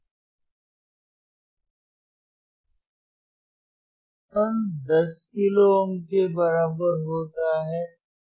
R1 10 kilo ohm के बराबर होता है